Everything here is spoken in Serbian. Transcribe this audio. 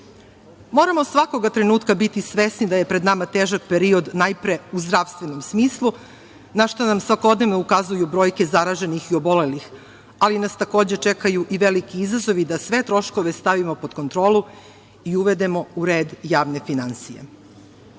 svakoga trenutka biti svesni da je pred nama težak period, najpre u zdravstvenom smislu, na šta nam svakodnevno ukazuju brojke zaraženih i obolelih, ali nas takođe čekaju i veliki izazovi da sve troškove stavimo pod kontrolu i uvedemo u red javne finansije. Ono